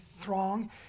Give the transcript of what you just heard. throng